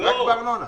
רק בארנונה.